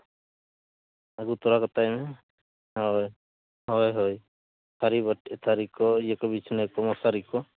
ᱟᱹᱜᱩ ᱛᱟᱨᱟ ᱠᱟᱛᱟᱭ ᱢᱮ ᱦᱳᱭ ᱦᱳᱭ ᱦᱳᱭ ᱛᱷᱟᱹᱨᱤ ᱵᱟᱹᱴᱤ ᱛᱷᱟᱹᱨᱤ ᱠᱚ ᱤᱭᱟᱹ ᱠᱚ ᱵᱤᱪᱷᱱᱟᱹ ᱠᱚ ᱢᱚᱥᱟᱨᱤ ᱠᱚ